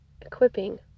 equipping